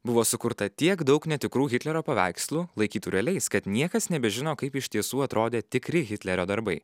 buvo sukurta tiek daug netikrų hitlerio paveikslų laikytų realiais kad niekas nebežino kaip iš tiesų atrodė tikri hitlerio darbai